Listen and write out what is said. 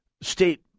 State